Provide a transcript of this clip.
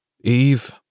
Eve